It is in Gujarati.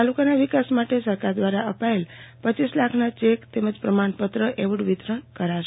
તાલુકાના વિકાસ માટે સરકાર દ્વારા અપાયેલા રપ લાખના ચેક તેમજ પ્રમાણપત્રથી એવોર્ડ વિતરણ કરાશે